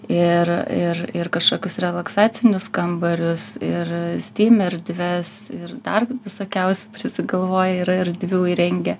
ir ir ir kažkokius relaksacinius kambarius ir stym erdves ir dar visokiausių prisigalvoja yra erdvių įrengę